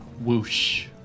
Whoosh